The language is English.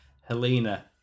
Helena